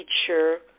teacher